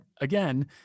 again